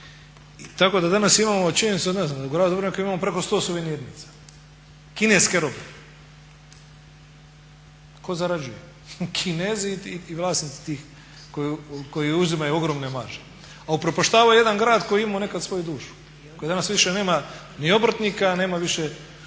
Tako da danas imamo, činjenica je da u gradu Dubrovniku imamo preko 100 suvenirnica kineske robe. Tko zarađuje? Kinezi i vlasnici tih koji uzimaju ogromne marže, a upropaštavaju jedan grad koji je imao nekad svoju dušu, koji danas više nema ni obrtnika, nema više,